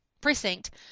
precinct